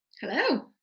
Hello